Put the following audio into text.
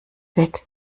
weg